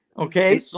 Okay